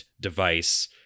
device